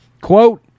quote